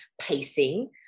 pacing